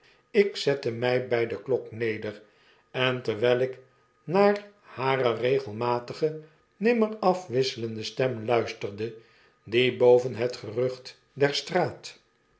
ik zette mij by de klok neder en terwijl ik naar hare regelmatige nimmer afwisselende i stem luisterde die boven het gerucht der straat